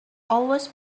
always